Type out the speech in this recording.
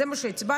זה מה שהצבענו,